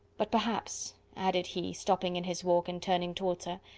but perhaps, added he, stopping in his walk, and turning towards her,